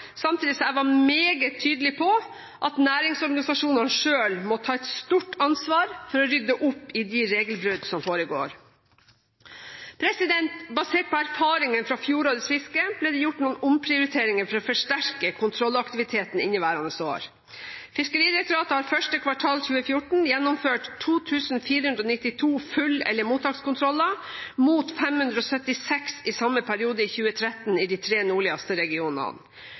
samtidig som jeg var meget tydelig på at næringsorganisasjonene selv må ta et stort ansvar for å rydde opp i de regelbrudd som foregår. Basert på erfaringene fra fjorårets fiske ble det gjort noen omprioriteringer for å forsterke kontrollaktiviteten inneværende år. Fiskeridirektoratet har første kvartal 2014 gjennomført 2 492 full- eller mottakskontroller, mot 576 i samme periode i 2013, i de tre nordligste regionene.